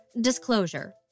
Disclosure